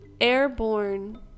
airborne